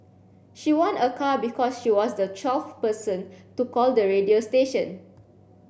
she won a car because she was the twelfth person to call the radio station